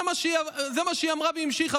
זה מה שהיא אמרה והמשיכה,